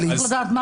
צריך לדעת.